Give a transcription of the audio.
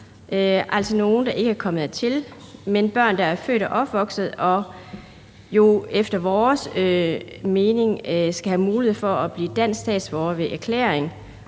altså nogle, der ikke er kommet hertil, men børn, der er født og opvokset og jo efter vores mening skal have mulighed for at blive danske statsborgere ved erklæring